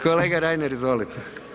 Kolega Reiner izvolite.